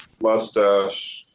mustache